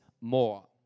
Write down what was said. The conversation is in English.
more